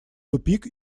тупик